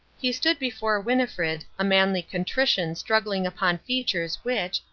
he stood before winnifred, a manly contrition struggling upon features which,